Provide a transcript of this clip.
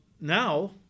now